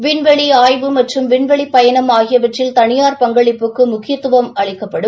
விண்வெளி ஆய்வு மற்றும் விண்வெளிப் பயணம் ஆகியவற்றில் தனியாா் பங்களிப்புக்கு முக்கியத்தும் அளிக்கப்படும்